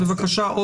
בבקשה.